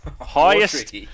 Highest